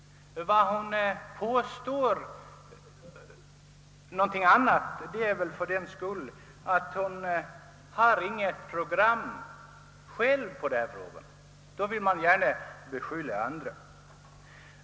Att hon nu påstår något annat beror väl på att hon inte själv har något program beträffande dessa frågor.